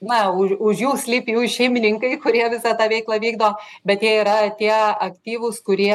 na už už jų slypi jų šeimininkai kurie visą tą veiklą vykdo bet jie yra tie aktyvūs kurie